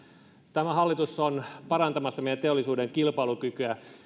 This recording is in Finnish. tämä hallitus on parantamassa meidän teollisuutemme kilpailukykyä